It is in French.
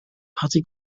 parti